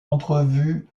entrevue